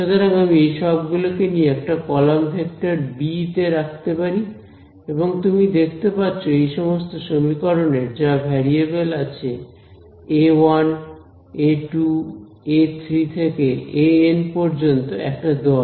সুতরাং আমি এইসব গুলোকে নিয়ে একটি কলাম ভেক্টর বি তে রাখতে পারি এবং তুমি দেখতে পাচ্ছো এই সমস্ত সমীকরণের যা ভ্যারিয়েবল আছে এ 1 এ 2 এ 3 থেকে এ এন পর্যন্ত একটা দল